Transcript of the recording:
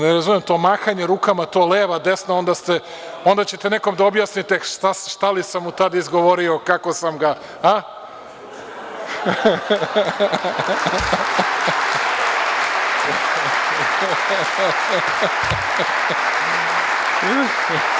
Ne razumem to mahanje rukama, to leva, desna onda ćete nekome da objasnite šta li sam mu tad izgovorio, kako sam ga, a?